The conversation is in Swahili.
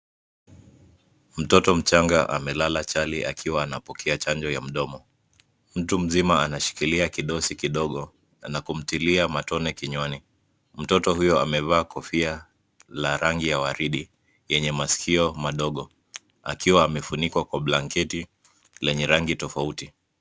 Mtoto mchanga amelala chali akiwa anapokea chanjo ya mdomo. Mtu mzima anashikilia kidosi kidogo na kumtilia matone kinywani. Mtoto huyo amevaa kofia la rangi ya waridi, yenye masikio madogo, akiwa amefunikwa kwa blanketi lenye rangi tofauti.